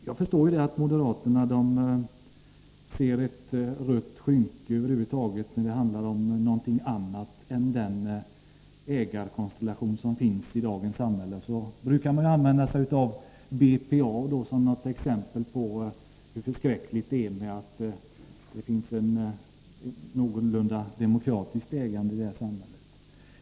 Jag förstår att moderaterna ser ett rött skynke när någonting annat förs på tal än den ägarkonstellation som finns i dagens samhälle. Man brukar använda sig av BPA som ett exempel på hur förskräckligt det är att det finns något demokratiskt ägande i detta samhälle.